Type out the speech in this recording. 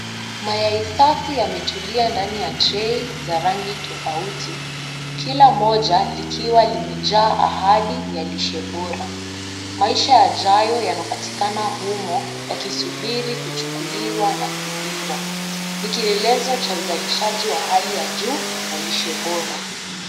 Mayai safi yametulia ndani ya trei za rangi tofauti, kila moja likiwa limejaa ahadi ya lishe bora. Maisha yajayo yanapatikana humo, yakisubiri kuchukuliwa na kuliwa. Ni kielelezo cha uzalishaji wa hali ya juu na lishe bora.